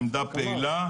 עמדה פעילה,